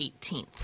18th